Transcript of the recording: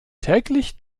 täglich